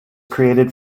created